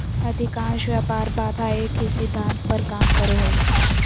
अधिकांश व्यापार बाधा एक ही सिद्धांत पर काम करो हइ